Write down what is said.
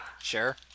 Sure